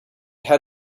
had